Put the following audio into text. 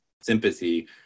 sympathy